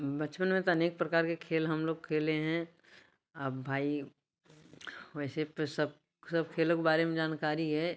बचपन में अनेक प्रकार के खेल हम लोग खेले हैं अब भाई वैसे तो सब सब खेलों के बारे में जानकारी है